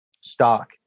stock